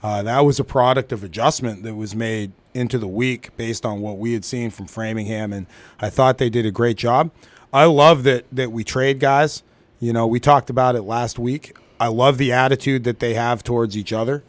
be that was a product of adjustment that was made into the week based on what we had seen from framingham and i thought they did a great job i love that we trade guys you know we talked about it last week i love the attitude that they have towards each other